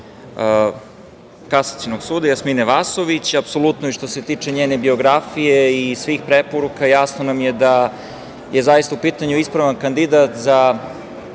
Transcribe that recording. Kasacionog suda, Jasmine Vasović. Apsolutno je da, što se tiče njene biografije i svih preporuka, jasno nam je da je zaista u pitanju ispravan kandidat za